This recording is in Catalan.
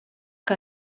que